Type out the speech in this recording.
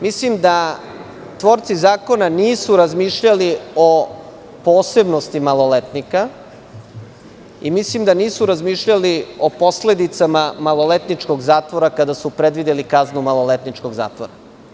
Mislim da tvorci zakona nisu razmišljali o posebnosti maloletnika, i mislim da nisu razmišljali o posledicama maloletničkog zatvora, kada su predvideli kaznu maloletničkog zatvora.